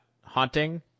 haunting